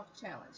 challenge